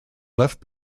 left